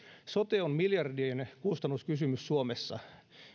sote on miljardien kustannuskysymys suomessa